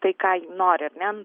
tai ką nori ar ne